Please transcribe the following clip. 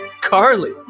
Carly